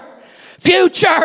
Future